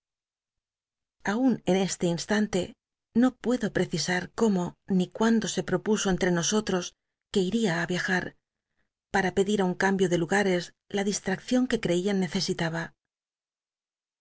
aun en este instante m puedo precisar cómo ni cmindo se propuso entre nosohos que itia yiajat pma pedir á un cambio de lugares la dishaccion que creían necesitaba